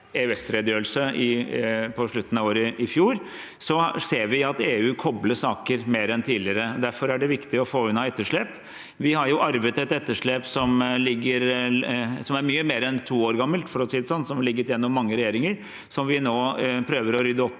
EØS-redegjørelse på slutten av året i fjor, ser vi at EU kobler saker mer enn tidligere. Derfor er det viktig å få unna etterslep. Vi har arvet et etterslep som er mye mer enn to år gammelt, for å si det sånn, som har ligget gjennom mange regjeringer, og som vi nå prøver å rydde opp